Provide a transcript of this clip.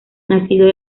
nació